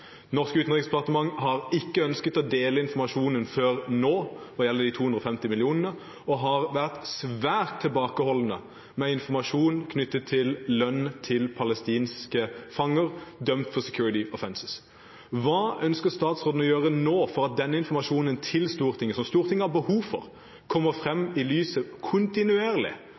har ikke ønsket å dele informasjonen før nå når det gjelder de 250 millionene, og de har vært svært tilbakeholdne med informasjon knyttet til lønn til palestinske fanger dømt for «security offences». Hva ønsker statsråden å gjøre nå for at denne informasjonen til Stortinget, som Stortinget har behov for, kommer frem i lyset kontinuerlig?